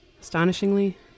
Astonishingly